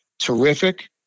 terrific